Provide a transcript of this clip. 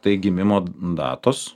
tai gimimo datos